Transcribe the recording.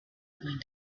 going